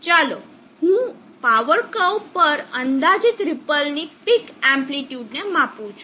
હવે ચાલો હું પાવર કર્વ પર અંદાજિત રીપલ ની પીક એમ્પલીટ્યુડ ને માપું છું